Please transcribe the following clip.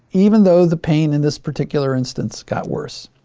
even though the pain in this particular instance got worse.